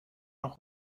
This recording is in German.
noch